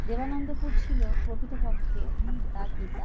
দেবানন্দপুর ছিলো প্রকৃতপক্ষে তার পিতার